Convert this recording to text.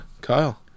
Kyle